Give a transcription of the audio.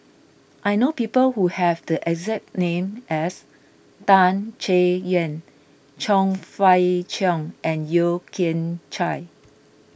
I know people who have the exact name as Tan Chay Yan Chong Fah Cheong and Yeo Kian Chai